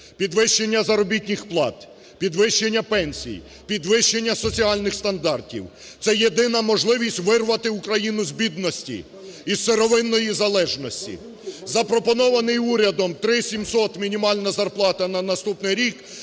підвищення заробітних плат, підвищення пенсій, підвищення соціальних стандартів. Це єдина можливість вирвати Україну з бідності, із сировинної залежності. Запропонована урядом 3700 мінімальна зарплата на наступний рік –